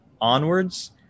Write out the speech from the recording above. onwards